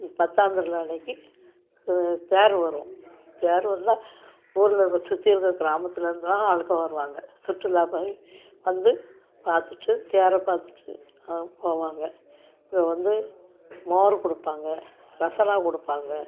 பத்தாந்திருநாள் அன்றைக்கு தேர் வரும் தேர் வந்தால் ஊரில் இருக்கற சுற்றி இருக்கற கிராமத்தில் இருந்துலாம் ஆளுங்க வருவாங்க சுற்றுலா மாதிரி வந்து பார்த்துட்டு தேரை பார்த்துட்டு போவாங்க இப்போ வந்து மோர் கொடுப்பாங்க ரசனா கொடுப்பாங்க